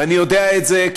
ואני יודע את זה,